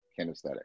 kinesthetic